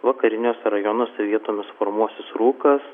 vakariniuose rajonuose vietomis formuosis rūkas